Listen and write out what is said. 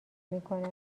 میکند